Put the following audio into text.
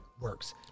works